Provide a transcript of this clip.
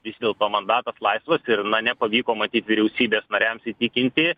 vis dėlto mandatas laisvas ir na nepavyko matyt vyriausybės nariams įtikinti